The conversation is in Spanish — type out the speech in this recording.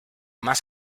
más